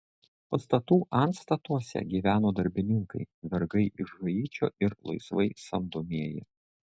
pastatų antstatuose gyveno darbininkai vergai iš haičio ir laisvai samdomieji